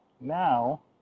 Now